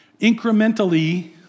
Incrementally